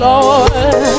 Lord